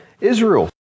Israel